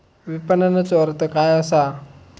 विपणनचो अर्थ काय असा?